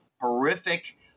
horrific